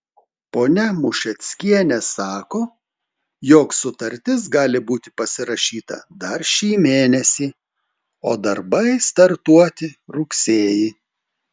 ponia mušeckienė sako jog sutartis gali būti pasirašyta dar šį mėnesį o darbai startuoti rugsėjį